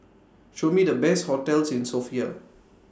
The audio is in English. Show Me The Best hotels in Sofia